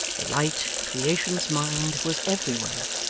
the light, creation's mind, was everywhere,